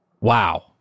Wow